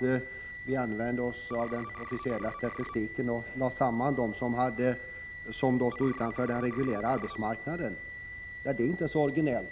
sig över att vi använde oss av den officiella statistiken och lade samman de öppet arbetslösa och de som stod utanför den reguljära arbetsmarknaden. Ja, detta är inte så originellt.